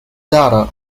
data